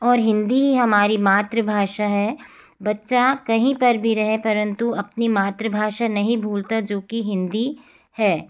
और हिंदी ही हमारी मातृभाषा है बच्चा कहीं पर भी रहे परंतु अपनी मातृभाषा नहीं भूलता जो कि हिंदी है